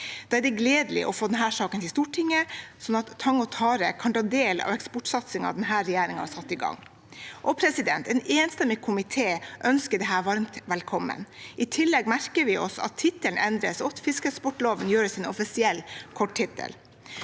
Det er gledelig å få denne saken til Stortinget, sånn at tang og tare kan ta del i eksportsatsingen denne regjeringen har satt i gang. En enstemmig komité ønsker dette varmt velkommen. I tillegg merker vi oss at tittelen endres, og at fiskeeksportloven gjøres til en offisiell korttittel.